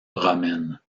romaine